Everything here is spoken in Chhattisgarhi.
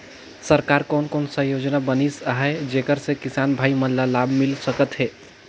सरकार कोन कोन सा योजना बनिस आहाय जेकर से किसान भाई मन ला लाभ मिल सकथ हे?